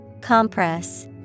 Compress